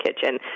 kitchen